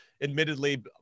admittedly